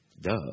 Duh